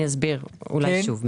אני אסביר שוב.